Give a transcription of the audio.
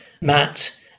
Matt